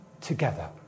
together